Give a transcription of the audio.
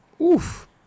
Oof